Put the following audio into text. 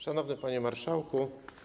Szanowny Panie Marszałku!